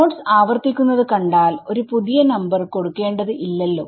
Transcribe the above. nodes ആവർത്തിക്കുന്നത് കണ്ടാൽ ഒരു പുതിയ നമ്പർ കൊടുക്കേണ്ടത് ഇല്ലല്ലോ